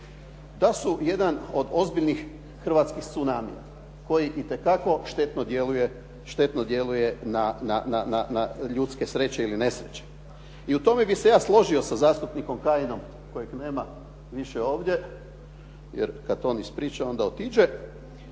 da su jedan od ozbiljnih hrvatskih cunamija, koji itekako štetno djeluje na ljudske sreće ili nesreće. I u tome bi se ja složio sa zastupnikom Kajinom kojeg nema više ovdje, jer kad on ispriča, onda otiđe,